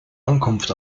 ankunft